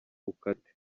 ukate